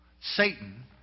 Satan